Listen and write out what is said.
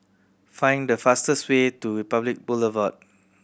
find the fastest way to Republic Boulevard